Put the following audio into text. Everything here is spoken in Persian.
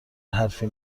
حرفی